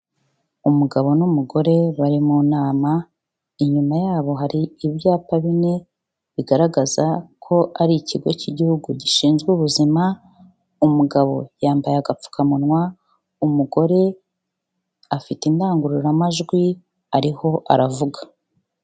Umugabo n'umugore bari mu nama, inyuma yabo hari ibyapa bine bigaragaza ko ari ikigo cy'igihugu gishinzwe ubuzima, umugabo yambaye agapfukamunwa, umugore afite indangururamajwi ariho aravuga.